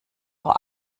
vor